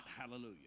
Hallelujah